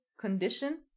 condition